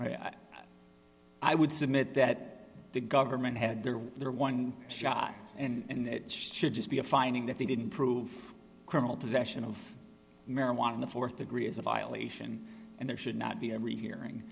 one i would submit that the government had their their one shot and it should just be a finding that they didn't prove criminal possession of marijuana in the th degree is a violation and there should not be every hearing